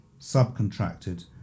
subcontracted